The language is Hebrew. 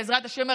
בעזרת השם,